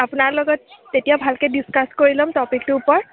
আপোনাৰ লগত তেতিয়া ভালকৈ ডিছকাছ কৰি ল'ম টপিকটোৰ ওপৰত